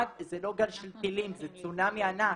זה לא גל של טילים, זה צונאמי ענק.